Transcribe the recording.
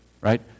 right